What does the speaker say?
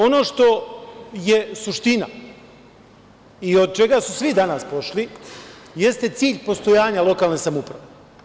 Ono što je suština i od čega su svi danas pošli jeste cilj postojanja lokalne samouprave.